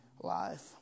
life